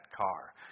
car